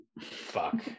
Fuck